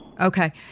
Okay